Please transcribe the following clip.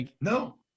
No